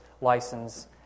license